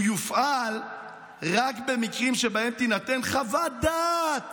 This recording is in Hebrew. הוא יופעל רק במקרים שבהם תינתן חוות דעת